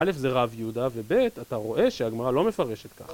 א', זה רב יהודה, וב', אתה רואה שהגמרא לא מפרשת ככה.